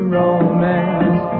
romance